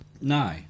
No